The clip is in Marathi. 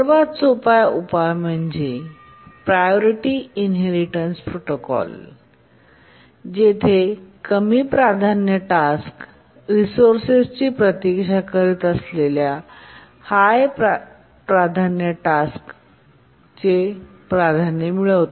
सर्वात सोपा उपाय म्हणजे प्रायोरिटी इनहेरिटेन्स प्रोटोकॉल जेथे कमी प्राधान्य टास्क रिसोर्सेस प्रतीक्षा करीत असलेल्या हाय प्रायोरिटीटास्क चे प्राधान्य मिळते